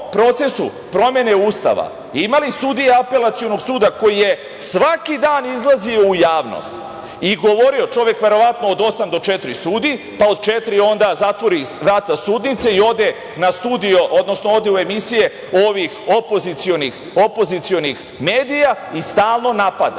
procesu promene Ustava imali sudiju Apelacionog suda koji je svaki dan izlazio u javnost i govorio, čovek verovatno od 8.00 do 16.00 časova sudi, pa od 16,00 onda zatvori vrata sudnice i ode u studio, odnosno ode u emisije ovih opozicionih medija i stalno napada.